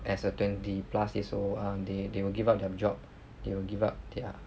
as a twenty plus years old um they they will give up their job they will give up their